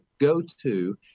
go-to